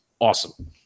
awesome